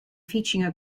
featuring